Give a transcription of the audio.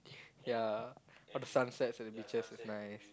ya all the sunsets at the beaches is nice